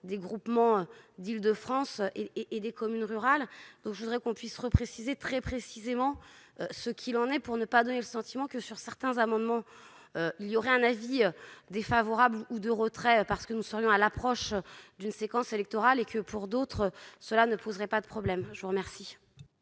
des groupements d'Île-de-France et et des communes rurales, donc je voudrais qu'on puisse repréciser très précisément ce qu'il en est, pour ne pas donner le sentiment que sur certains amendements, il y aura un avis défavorable ou de retrait parce que nous serions à l'approche d'une séquence électorale et que pour d'autres cela ne poserait pas de problème, je vous remercie.